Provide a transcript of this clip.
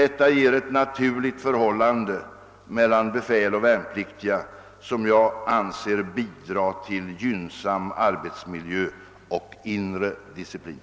Detta ger ett naturligt förhållande mellan befäl och värnpliktiga som jag anser bidra till gynnsam arbetsmiljö och inre disciplin.